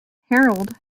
harold